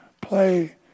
play